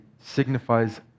signifies